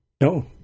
No